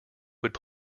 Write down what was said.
would